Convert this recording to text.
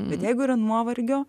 bet jeigu yra nuovargio